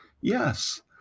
Yes